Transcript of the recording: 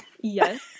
Yes